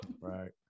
Right